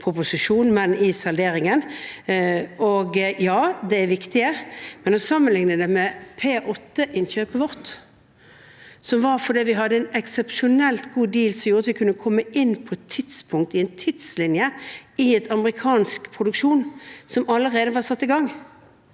som en egen proposisjon, men i salderingen. Ja, de er viktige, men å sammenligne det med P-8-innkjøpet vårt, som kom fordi vi hadde en eksepsjonelt god deal som gjorde at vi kunne komme inn på et tidspunkt i en tidslinje i en amerikansk produksjon som allerede var satt i gang,